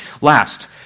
Last